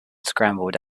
scrambled